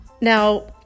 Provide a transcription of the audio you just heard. Now